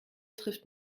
trifft